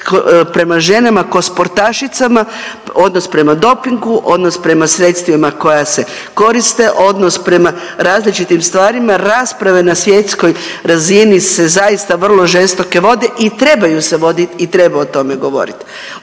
prema ženama kao sportašicama odnos prema dopingu, odnos prema sredstvima koja se koriste, odnos prema različitim stvarima, rasprave na svjetskoj razini se zaista vrlo žestoke vode i trebaju se voditi i treba o tome govoriti.